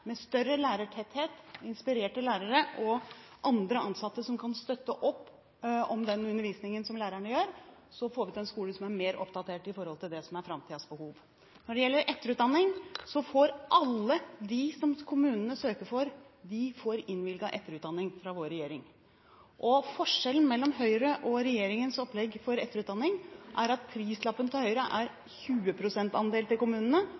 større lærertetthet, inspirerte lærere og andre ansatte som kan støtte opp om den undervisningen som lærerne har, vil vi få til en skole som er mer oppdatert med tanke på det som er framtidens behov. Når det gjelder etterutdanning, får alle de som kommunene søker for, innvilget etterutdanning fra vår regjering. Forskjellen mellom Høyres og regjeringens opplegg for etterutdanning, er at prislappen til Høyre er 20 pst. andel til kommunene,